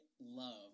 love